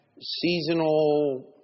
seasonal